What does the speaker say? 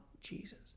Jesus